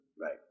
Right